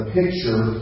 picture